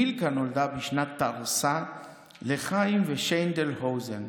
מילכה נולדה בשנת תרס"א לחיים ושיינדל הוזן.